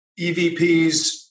EVPs